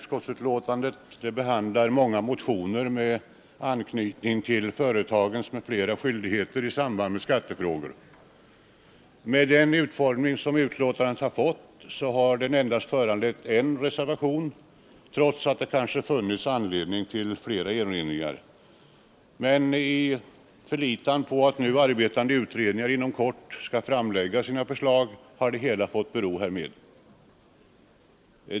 skattefrågor. Med den utformning som betänkandet har fått har det Nr 102 endast föranlett en reservation, trots att det kanske funnits anledning till Onsdagen den flera erinringar. Men i förlitan på att nu arbetande utredningar inom kort 25 oktober 1972 skall framlägga sina förslag har det hela härmed fått bero.